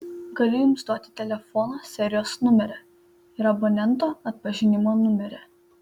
galiu jums duoti telefono serijos numerį ir abonento atpažinimo numerį